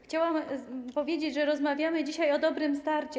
Chciałam powiedzieć, że rozmawiamy dzisiaj o „Dobrym starcie”